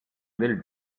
little